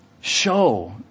show